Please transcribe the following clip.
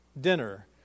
dinner